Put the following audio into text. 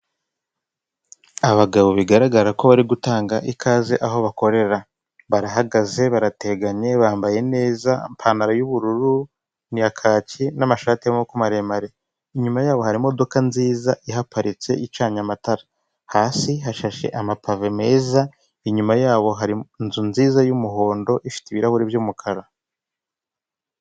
Abagabo bigaragara ko bari gutanga ikaze aho bakorera, barahagaze, barateganye, bambaye neza, amapantaro y'ubururu, kacyi n'amashati y'amaboko maremare. Inyuma yabo hari imodoka nziza ihaparitse, icanye amatara. Hasi hashashe amapave meza, inyuma yabo hari inzu nziza y'umuhondo ifite ibirahuri by'umukara.